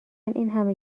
اینهمه